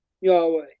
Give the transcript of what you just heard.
Yahweh